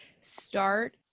start